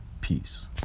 Peace